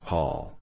Hall